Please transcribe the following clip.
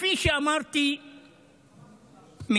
כפי שאמרתי מייד